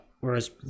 whereas